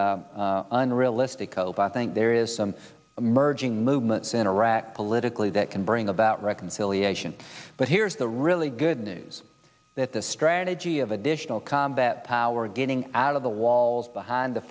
unrealistic obama think there is some emerging movements in iraq politically that can bring about reconciliation but here's the really good news that the strategy of additional combat power getting out of the walls behind the